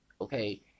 Okay